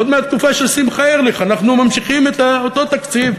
עוד מהתקופה של שמחה ארליך אנחנו ממשיכים את אותו תקציב,